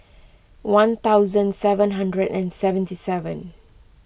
one thousand seven hundred and seventy seven